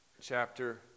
chapter